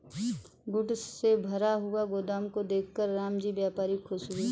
goods से भरा हुआ गोदाम को देखकर रामजी व्यापारी खुश हुए